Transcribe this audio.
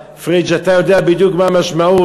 פריג' הרי אתה יודע בדיוק מהי המשמעות